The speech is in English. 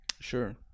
sure